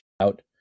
out